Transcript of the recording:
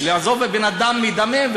הוועדה המשותפת החליטה ברוב קולות להיענות לבקשתו